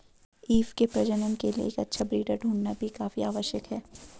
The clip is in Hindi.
ईव के प्रजनन के लिए एक अच्छा ब्रीडर ढूंढ़ना भी काफी आवश्यक है